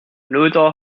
lothar